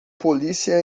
polícia